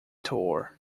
tour